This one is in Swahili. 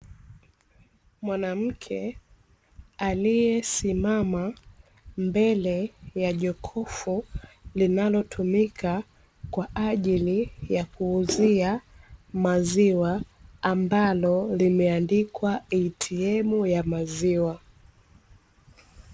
Mwanamke aliyesimama mbele ya jokofu linalotumika kwa ajili ya kuuzia maziwa, ambalo limeandikwa "ATM" ya maziwa.